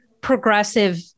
progressive